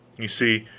you see,